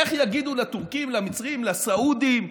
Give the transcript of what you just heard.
איך יגידו לטורקים, למצרים, לסעודים,